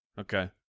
Okay